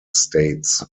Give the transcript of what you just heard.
states